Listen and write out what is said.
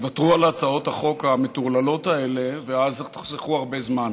תוותרו על הצעות החוק המטורללות האלה ואז תחסכו הרבה זמן.